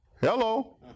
Hello